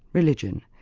religion,